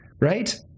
right